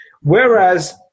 whereas